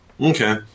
Okay